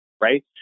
right